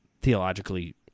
theologically